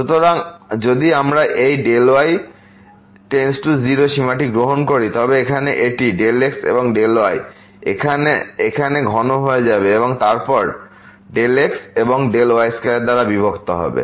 সুতরাং যদি আমরা এই Δy→0 সীমাটি গ্রহণ করি তবে এখানে এটি Δx এবং Δy এখান ঘন হয়ে যাবে এবং তারপর Δx এবং y2 দ্বারা বিভক্ত হবে